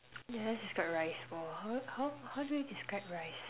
okay let's describe rice bowl how how how do you describe rice